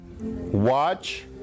watch